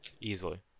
Easily